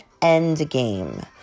Endgame